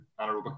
anaerobic